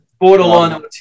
Borderline